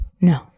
No